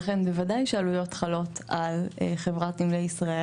לכן ודאי שהעלויות חלות על חברת נמלי ישראל,